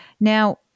Now